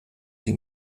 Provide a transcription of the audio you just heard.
die